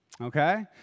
okay